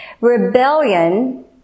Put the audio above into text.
Rebellion